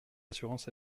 assurances